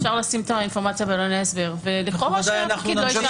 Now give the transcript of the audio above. אפשר לשים את האינפורמציה בעלוני ההסבר ולכאורה שהפקיד לא ישאל בכלל.